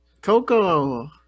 Coco